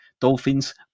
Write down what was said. Dolphins